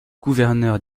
gouverneurs